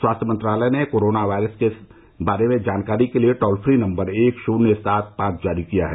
स्वास्थ्य मंत्रालय ने कोरोना वायरस के बारे में जानकारी के लिए टोल फ्री नम्बर एक शून्य सात पांच जारी किया है